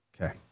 Okay